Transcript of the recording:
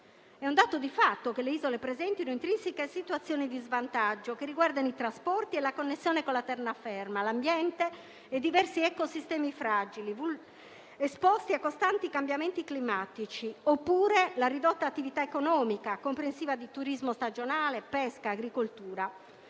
È un dato di fatto che le isole presentino intrinseche situazioni di svantaggio, che riguardano i trasporti e la connessione con la terraferma, l'ambiente e diversi ecosistemi fragili, esposti a costanti cambiamenti climatici, oppure la ridotta attività economica, comprensiva di turismo stagionale, pesca e agricoltura.